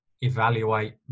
evaluate